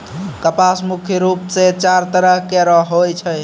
कपास मुख्य रूप सें चार तरह केरो होय छै